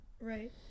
Right